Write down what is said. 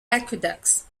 aqueducts